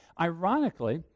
ironically